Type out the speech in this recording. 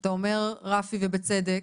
אתה אומר רפי, ובצדק,